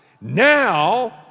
Now